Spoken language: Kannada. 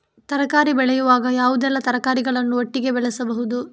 ತರಕಾರಿ ಬೆಳೆಯುವಾಗ ಯಾವುದೆಲ್ಲ ತರಕಾರಿಗಳನ್ನು ಒಟ್ಟಿಗೆ ಬೆಳೆಸಬಹುದು?